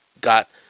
got